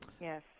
yes